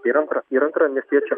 ir antra ir antra nesiečiau